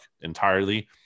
entirely